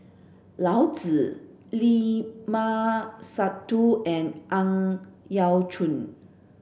Yao Zi Limat Sabtu and Ang Yau Choon